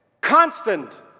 constant